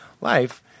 life